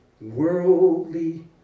worldly